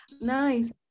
Nice